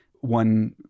One